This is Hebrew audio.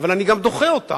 אבל אני גם דוחה אותם.